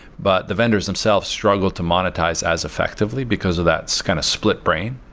but the vendors themselves struggled to monetize as effectively because of that kind of split brain.